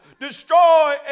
destroy